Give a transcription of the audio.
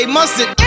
Mustard